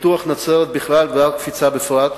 בפיתוח נצרת בכלל והר-הקפיצה בפרט,